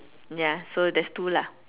ya so there's two lah